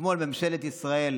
אתמול ממשלת ישראל